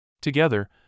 Together